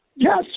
Yes